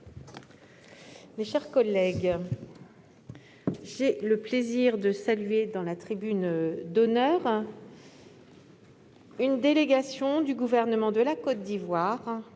mes chers collègues, j'ai le plaisir de saluer la présence, dans notre tribune d'honneur, d'une délégation du Gouvernement de la Côte d'Ivoire.